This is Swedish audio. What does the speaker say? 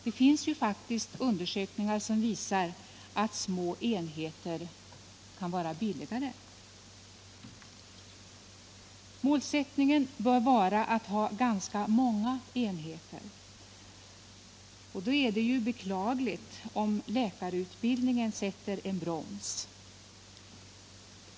Det finns faktiskt undersökningar som visar att små enheter kan vara billigare. Målsättningen bör vara att ha ganska många enheter, och då är det beklagligt om läkarutbildningen sätter en broms.